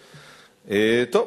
תודה,